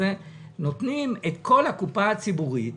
נותנים את כל הקופה הציבורית